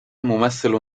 ممثل